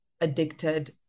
addicted